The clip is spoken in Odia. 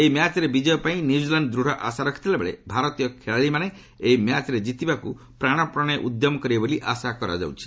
ଏହି ମ୍ୟାଚ୍ରେ ବିଜୟ ପାଇଁ ନ୍ୟୁଜିଲାଣ୍ଡ ଦୂଢ଼ ଆଶା ରଖିଥିବା ବେଳେ ଭାରତୀୟ ଖେଳାଳିମାନେ ଏହି ମ୍ୟାଚ୍ରେ ଜିତିବାକୁ ପ୍ରାଣପଣେ ଉଦ୍ୟମ କରିବେ ବୋଲି ଆଶା କରାଯାଉଛି